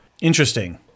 Interesting